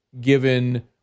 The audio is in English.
given